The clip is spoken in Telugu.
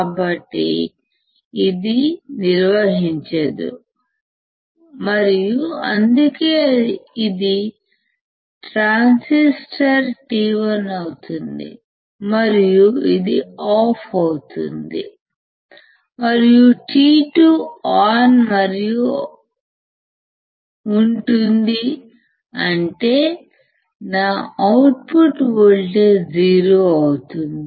కాబట్టి ఇది నిర్వహించదు మరియు అందుకే ఇది ట్రాన్సిస్టర్ T1 అవుతుంది మరియు ఇది ఆఫ్ అవుతుంది మరియు T2 ఆన్ ఉంటుంది అంటే నా అవుట్పుట్ వోల్టేజ్ 0 అవుతుంది